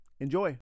Enjoy